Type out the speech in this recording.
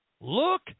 look